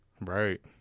Right